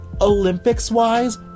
Olympics-wise